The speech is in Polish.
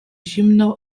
zimną